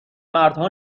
مردها